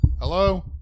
hello